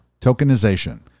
tokenization